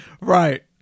Right